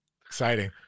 Exciting